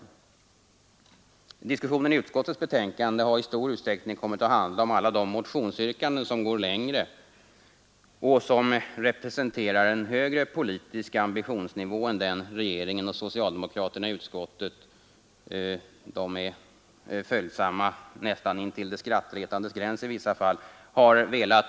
Diskussionen i utskottets betänkande har i stor utsträckning kommit att handla om alla de motionsyrkanden som går längre, som representerar en högre politisk ambitionsnivå än den regeringen och socialdemokraterna i utskottet — de är i vissa fall följsamma nästan intill det skrattretandes gräns — har velat nå upp till.